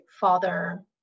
father